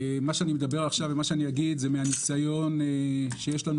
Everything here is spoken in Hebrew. מה שאני אגיד עכשיו זה מהניסיון שיש לנו